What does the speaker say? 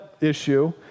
issue